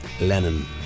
lennon